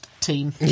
team